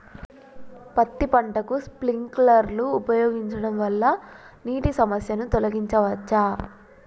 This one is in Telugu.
పత్తి పంటకు స్ప్రింక్లర్లు ఉపయోగించడం వల్ల నీటి సమస్యను తొలగించవచ్చా?